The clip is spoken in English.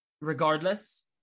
Regardless